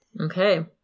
Okay